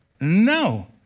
No